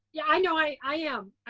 yeah, i know, i i am.